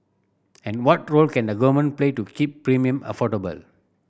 and what role can the Government play to keep premium affordable